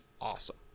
awesome